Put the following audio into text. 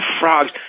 frogs